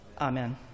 Amen